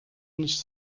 nicht